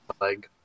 leg